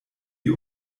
die